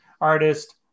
artist